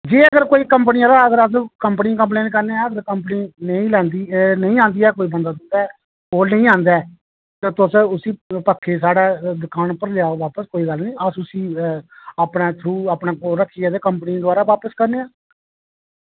जे अगर कोई कंपनी आह्ला अगर अस कंपनी कम्प्लेन करने आं ते कंपनी नेईं लैंदी नेईं आंदी ऐ कोई ते तुस उस्सी पक्खे साढ़ै दुकान उप्पर लेआओ बापस कोई गल्ल नी अस उस्सी अपनै थरु अपने कोल रक्खियै ते कमपनी गी दोबारा बापस करने आं